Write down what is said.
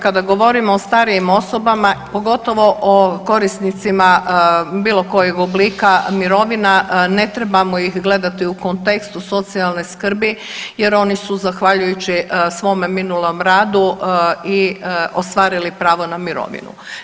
Kada govorimo o starijim osobama, pogotovo korisnicima bilo kojeg oblika mirovina, ne trebamo ih gledati u kontekstu socijalne skrbi, jer oni su zahvaljujući svom minulom radu i ostvarili pravo na mirovinu.